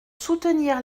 soutenir